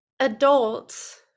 Adults